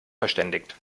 verständigt